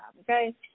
okay